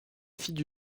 fille